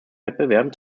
wettbewerben